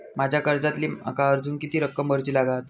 माझ्या कर्जातली माका अजून किती रक्कम भरुची लागात?